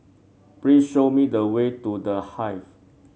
please show me the way to The Hive